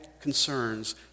concerns